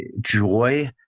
joy